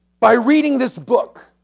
by reading this book.